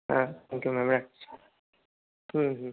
হ্যাঁ okay ma'am রাখছি হুম হুম